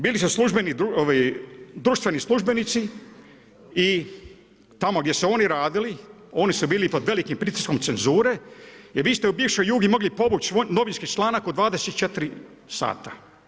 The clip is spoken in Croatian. Bili su društveni službenici i tamo gdje su oni radili, oni su bili pod velikim pritiskom cenzure jer vi ste u bivšoj Jugi mogli povući novinski članak u 24 sata.